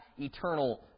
eternal